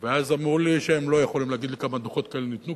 ואז אמרו לי שהם לא יכולים להגיד לי כמה דוחות כאלה ניתנו,